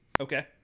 Okay